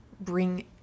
bring